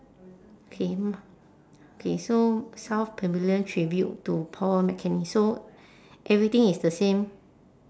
K K so south pavilion tribute to paul mccartney so everything is the same